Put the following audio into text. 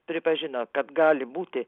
pripažino kad gali būti